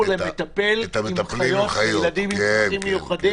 למטפל עם חיות לילדים עם צרכים מיוחדים.